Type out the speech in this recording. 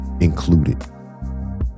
included